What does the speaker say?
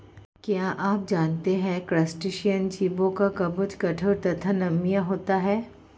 क्या आप जानते है क्रस्टेशियन जीवों का कवच कठोर तथा नम्य होता है?